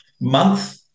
month